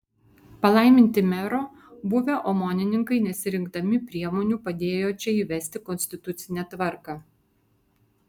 palaiminti mero buvę omonininkai nesirinkdami priemonių padėjo čia įvesti konstitucinę tvarką